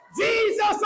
Jesus